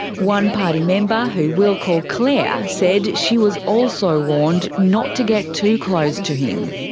one party member, who we'll call claire, said she was also warned not to get too close to him.